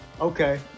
Okay